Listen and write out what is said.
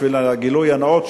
בשביל הגילוי הנאות,